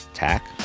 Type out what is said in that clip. Tack